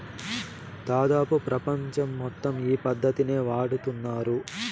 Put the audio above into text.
దాదాపు ప్రపంచం మొత్తం ఈ పద్ధతినే వాడుతున్నారు